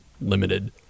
limited